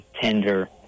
tender